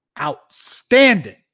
outstanding